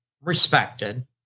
respected